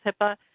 HIPAA